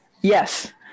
Yes